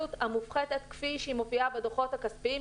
העלות המופחתת כפי שהיא מופיעה בדוחות הכספיים,